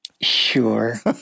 Sure